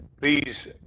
Please